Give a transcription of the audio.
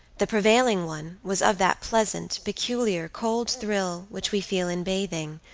the prevailing one was of that pleasant, peculiar cold thrill which we feel in bathing,